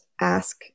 ask